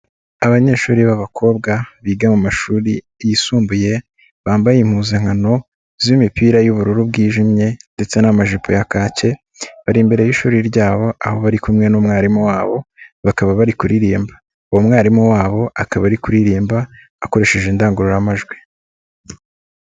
Abanyeshuri b'abakobwa biga mu mashuri yisumbuye bambaye impuzankano z'imipira y'ubururu bwijimye ndetse n'amajipo ya kake bari imbere y'ishuri ryabo aho bari kumwe n'umwarimu wabo bakaba bari kuririmba, uwo mwarimu wabo akaba ari kuririmba akoresheje indangururamajwi.